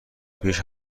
پیش